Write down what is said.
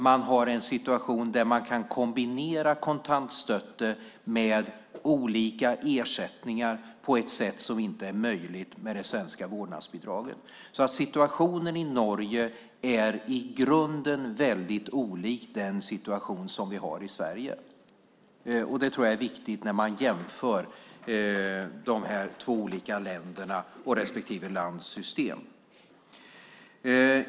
Man har en situation där man kan kombinera kontantstøtte med olika ersättningar på ett sätt som inte är möjligt med det svenska vårdnadsbidraget. Så situationen i Norge är i grunden väldigt olik den situation som vi har i Sverige. Det tror jag är viktigt när man jämför de här två olika länderna och respektive lands system.